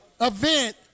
event